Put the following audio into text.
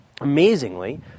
Amazingly